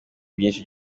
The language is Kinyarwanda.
byinshi